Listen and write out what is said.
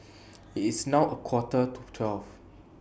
IT IS now A Quarter to twelve